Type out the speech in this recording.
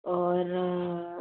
और